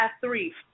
three